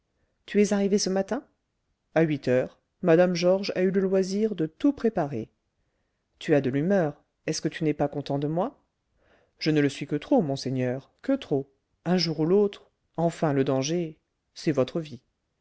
tu es arrivé ce matin à huit heures mme georges a eu le loisir de tout préparer tu as de l'humeur est-ce que tu n'es pas content de moi je ne le suis que trop monseigneur que trop un jour ou l'autre enfin le danger c'est votre vie